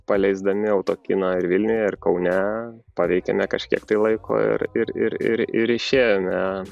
paleisdami autokiną ir vilniuje ir kaune paveikėme kažkiek tai laiko ir ir išėjome